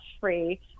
free